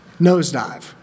nosedive